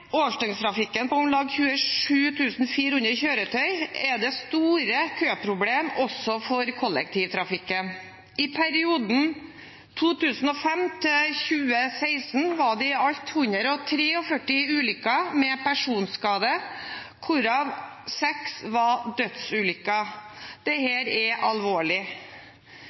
på om lag 27 400 kjøretøy er det store køproblem også for kollektivtrafikken. I perioden 2005–2016 var det i alt 143 ulykker med personskade, hvorav seks var dødsulykker. Dette er alvorlig.